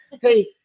Hey